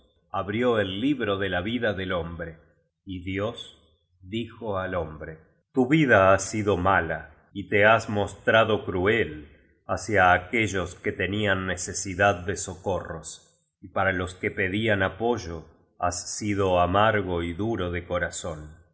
abrió el libro de la vida del hombre y dios dijo al hombre tu vida ha sido mala y te has mostrado cruel hacia aque llos que tenían necesidad de socorros y para tos que pedían apoyo has sido amargo y duro de corazón